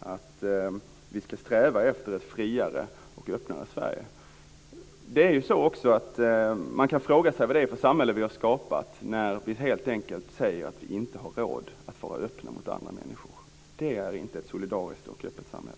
att vi ska sträva efter ett friare och öppnare Sverige. Man kan fråga sig vad det är för samhälle som vi har skapat när vi helt enkelt säger att vi inte har råd att vara öppna mot andra människor. Det är inte ett solidariskt och öppet samhälle.